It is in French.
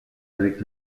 avec